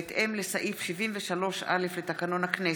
בהתאם לסעיף 73(א) לתקנון הכנסת: